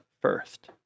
first